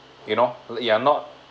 you know you are not